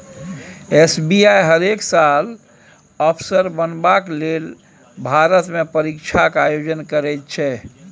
SBI हरेक साल अफसर बनबाक लेल भारतमे परीक्षाक आयोजन करैत छै